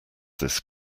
this